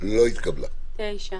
הצבעה ההסתייגות לא אושרה.